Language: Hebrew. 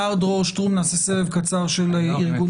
נעשה סבב קצר של ארגונים.